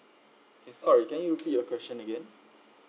K sorry can you repeat your question again